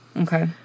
okay